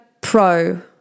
pro